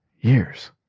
years